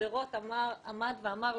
שדרות עמד ואמר,